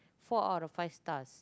four out of five stars